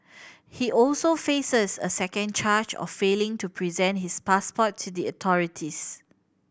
he also faces a second charge of failing to present his passport to the authorities